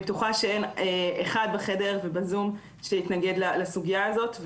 בטוחה שאין אחד בחדר וב-זום שיתנגד לסוגיה הזאת.